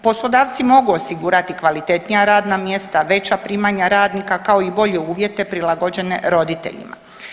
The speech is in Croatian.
Poslodavci mogu osigurati kvalitetnija radna mjesta, veća primanja radnika, kao i bolje uvjete prilagođene roditeljima.